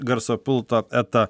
garso pulto eta